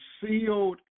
sealed